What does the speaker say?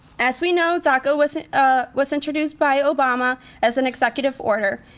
as we know, daca was ah was introduced by obama as an executive order.